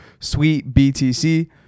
SWEETBTC